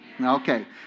Okay